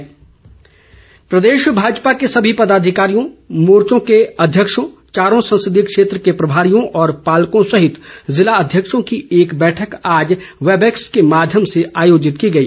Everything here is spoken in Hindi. भाजपा बैठक प्रदेश भाजपा के सभी पदाधिकारियों मोर्चों के अध्यक्षों चारों संसदीय क्षेत्र के प्रभारियों व पालकों सहित ज़िला अध्यक्षों की एक बैठक आज वैबएक्स के माध्यम से आयोजित की गई